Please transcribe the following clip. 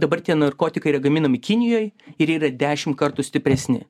dabar tie narkotikai yra gaminami kinijoj ir yra dešim kartų stipresni